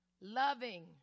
loving